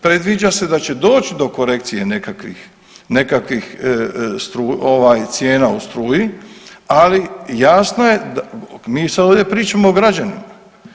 Predviđa se da će doći do korekcije nekakvih cijena u struji, ali jasno je, mi sad ovdje pričamo o građanima.